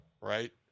right